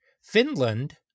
Finland